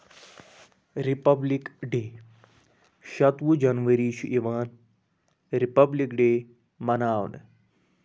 republic day شَتوُہ جٔنؤری چھُ یِوان رِپبلک ڈے مَناونہٕ